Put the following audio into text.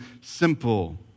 simple